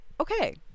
okay